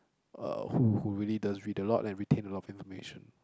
uh who who really does read a lot and retain a lot of information